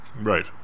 right